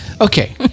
Okay